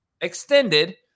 extended